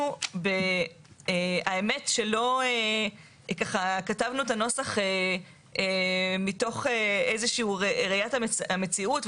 אנחנו האמת שכתבנו את הנוסח מתוך איזה שהיא ראיית המציאות.